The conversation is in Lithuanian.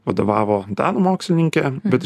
vadovavo danų mokslininkė bet iš